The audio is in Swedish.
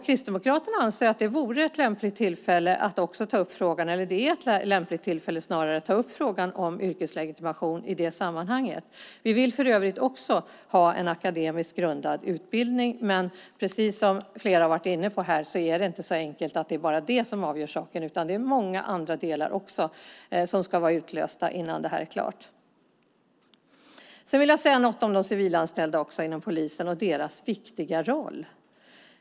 Kristdemokraterna anser att det är ett lämpligt tillfälle att ta upp frågan om yrkeslegitimation i det sammanhanget. Vi vill för övrigt också ha en akademiskt grundad utbildning. Som flera varit inne på här är det inte så enkelt att det bara är det som avgör saken, utan det finns också många andra delar som ska vara utlösta innan det är klart. Sedan vill jag också säga något om de civilanställda inom polisen och deras viktiga roll.